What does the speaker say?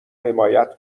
حمایت